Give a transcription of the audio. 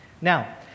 Now